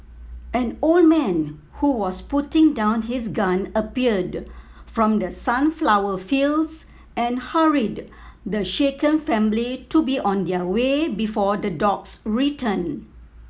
an old man who was putting down his gun appeared from the sunflower fields and hurried the shaken family to be on their way before the dogs return